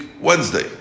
Wednesday